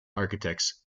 architects